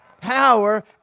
power